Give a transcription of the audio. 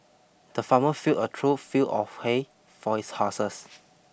the farmer filled a trough full of hay for his horses